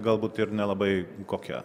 galbūt ir nelabai kokia